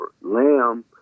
Lamb